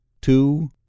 two